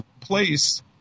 place